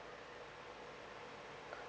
uh